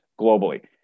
globally